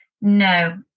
No